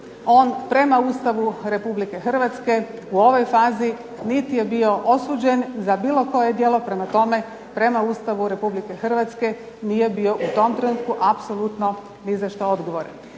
on prema Ustavu Republike Hrvatske u ovoj fazi niti je bio osuđen za bilo koje djelo. Prema tome, prema Ustavu Republike Hrvatske nije bio u tom trenutku apsolutno nizašto odgovoran.